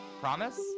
Promise